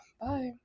Bye